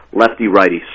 lefty-righty